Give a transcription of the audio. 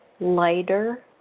lighter